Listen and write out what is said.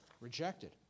rejected